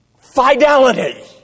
Fidelity